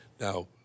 Now